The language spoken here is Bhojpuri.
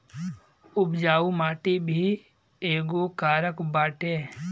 उपजाऊ माटी भी एगो कारक बाटे